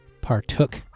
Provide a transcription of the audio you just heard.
partook